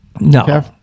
No